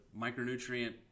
micronutrient